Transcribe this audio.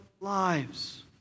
lives